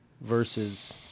versus